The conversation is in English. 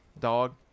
Dog